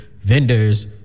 vendors